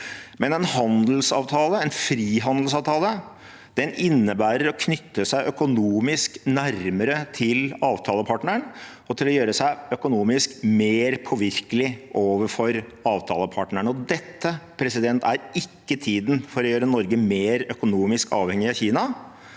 Men en frihandelsavtale innebærer å knytte seg økonomisk nærmere til avtalepartneren og til å gjøre seg økonomisk mer påvirkelig overfor avtalepartnerne. Dette er ikke tiden for å gjøre Norge mer økonomisk avhengig av Kina.